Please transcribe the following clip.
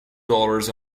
dollars